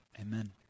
Amen